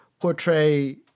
portray